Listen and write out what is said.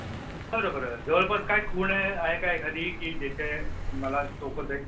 बरं बरं जवळपास काय खूण आहे आहे का एखादी की ज्याच्या मला सोपं जाईल